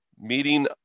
meeting